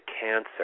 Cancer